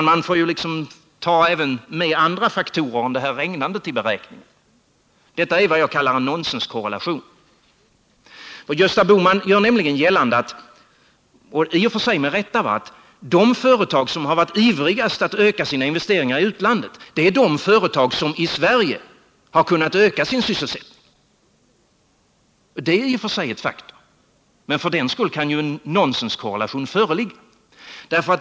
Man får väl ta med även andra faktorer än det här regnandet i beräkningen. Detta är vad jag kallar en nonsenskorrelation. Gösta Bohman gör nämligen gällande — i och för sig med rätta — att de företag som varit ivrigast när det gällde att öka sina investeringar i utlandet är just de företag som i Sverige kunnat öka sin sysselsättning. Det är i och för sig ett faktum, men för den skull kan ju en nonsenskorrelation föreligga.